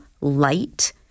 light